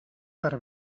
per